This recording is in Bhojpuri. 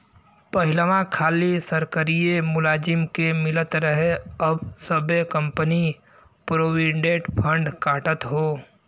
पहिलवा खाली सरकारिए मुलाजिम के मिलत रहे अब सब्बे कंपनी प्रोविडेंट फ़ंड काटत हौ